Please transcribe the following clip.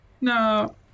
No